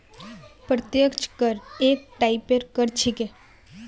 प्रत्यक्ष कर एक टाइपेर कर छिके